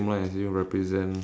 mmhmm ya so